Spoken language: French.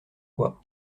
quoi